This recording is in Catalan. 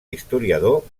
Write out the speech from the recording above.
historiador